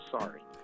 sorry